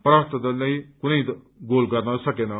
परास्त दलले कुनै गोल गर्न सकेन